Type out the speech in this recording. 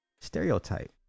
stereotype